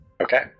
Okay